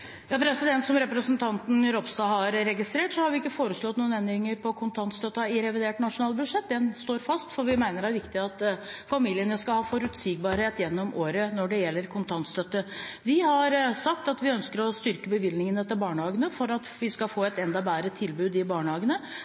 Som representanten Ropstad har registrert, har vi ikke foreslått noen endringer på kontantstøtten i revidert nasjonalbudsjett. Den står fast, for vi mener det er viktig at familiene skal ha forutsigbarhet gjennom året når det gjelder kontantstøtte. Vi har sagt at vi ønsker å styrke bevilgningene til barnehagene for at vi skal få et enda bedre tilbud i barnehagene.